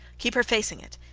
keep her facing it.